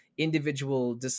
individual